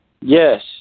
Yes